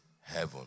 heaven